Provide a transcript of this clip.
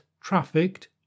trafficked